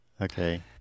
Okay